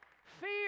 Fear